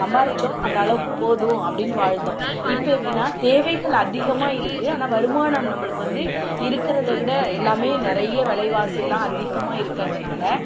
சம்பாதிச்சோம் அந்த அளவுக்கு போதும் அப்படினு வாழ்ந்தோம் இப்போ எப்படின்னா தேவைகள் அதிகமாக இருக்கு ஆனால் வருமானம் நம்மளுக்கு வந்து இருக்கிறத விட எல்லாம் நிறைய விலைவாசியெல்லாம் அதிகமாக இருக்கிறதுனால இப்போ அதுக்கு வந்து